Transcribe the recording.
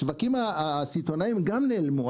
השווקים הסיטונאיים גם נעלמו,